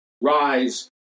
rise